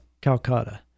Calcutta